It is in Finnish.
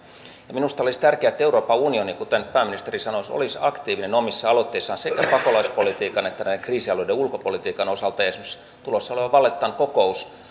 minusta olisi tärkeää että euroopan unioni kuten pääministeri sanoi olisi aktiivinen omissa aloitteissaan sekä pakolaispolitiikan että näiden kriisialueiden ulkopolitiikan osalta ja esimerkiksi tulossa oleva vallettan kokous